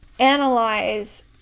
analyze